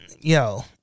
yo